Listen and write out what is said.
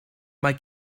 mae